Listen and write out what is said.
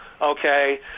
okay